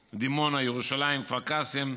דימונה, ירושלים, כפר קאסם,